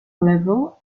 label